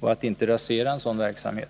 En sådan verksamhet bör inte raseras.